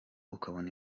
ukabona